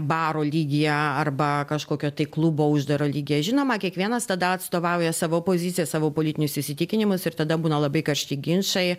baro lygyje arba kažkokio tai klubo uždaro lygyje žinoma kiekvienas tada atstovauja savo poziciją savo politinius įsitikinimus ir tada būna labai karšti ginčai